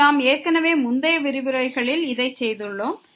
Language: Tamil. மற்றும் நாம் ஏற்கனவே முந்தைய விரிவுரைகளில் இதை செய்துள்ளோம்